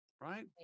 Right